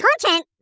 content